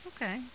Okay